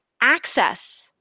access